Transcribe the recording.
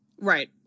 Right